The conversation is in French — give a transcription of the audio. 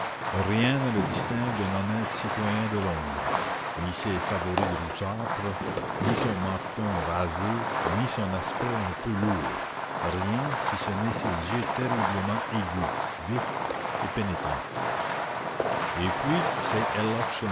rien ne le distingue d'un honnête citoyen de londres ni ses favoris roussâtres ni son menton rasé ni son aspect un peu lourd rien si ce n'est ses yeux terriblement aigus vifs et pénétrants et puis c'est